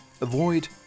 avoid